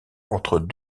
entre